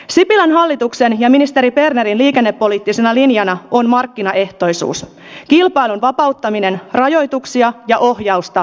sipilän hallituksen ja ministeri bernerin liikennepoliittisena linjana on markkinaehtoisuus kilpailun vapauttaminen rajoituksia ja ohjausta purkamalla